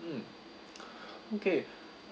hmm okay